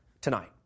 tonight